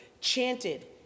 chanted